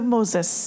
Moses 。